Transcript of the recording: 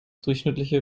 durchschnittliche